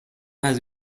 has